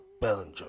Bellinger